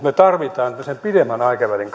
me tarvitsemme tämmöisen pidemmän aikavälin